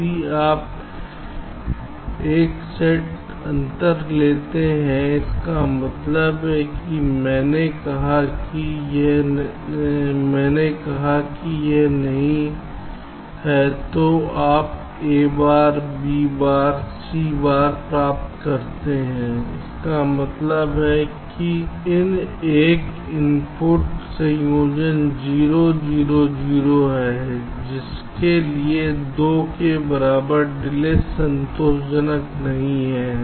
यदि आप एक सेट अंतर लेते हैं इसका मतलब है मैंने कहा कि यह नहीं है तो आप a बार b बार c बार प्राप्त करते हैं इसका मतलब है एक इनपुट संयोजन 0 0 0 है जिसके लिए 2 के बराबर डिले संतोषजनक नहीं है